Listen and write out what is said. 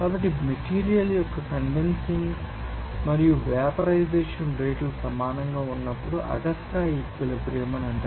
కాబట్టి మెటీరియల్ యొక్క కండెన్సషన్ మరియు వేపర్ రైజేషన్ రేట్లు సమానంగా ఉన్నప్పుడు అగస్టా ఈక్విలిబ్రియం ఉంటుంది